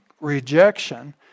rejection